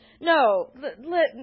No